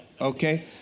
Okay